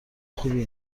خوبی